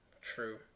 True